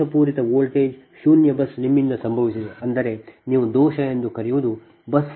ದೋಷಪೂರಿತ voltage ಶೂನ್ಯ bus ನಿಮ್ಮಿಂದ ಸಂಭವಿಸಿದೆ ಎಂದರೆ ನೀವು ದೋಷ ಎಂದು ಕರೆಯುವದು ಬಸ್ 4 ರಲ್ಲಿ ಸಂಭವಿಸಿದೆ